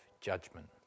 judgment